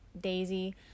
Daisy